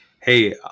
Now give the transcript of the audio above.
hey